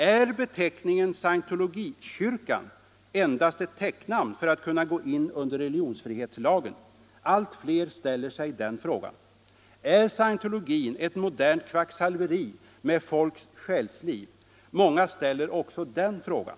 Är beteckningen Scientology-kyrkan endast ett täcknamn för att kunna gå in under religionsfrihetslagen? Allt fler ställer sig den frågan. Är scientologin ett modernt kvacksalveri med folks själsliv? Många ställer också den frågan.